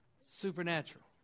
supernatural